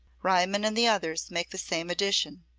riemann and the others make the same addition.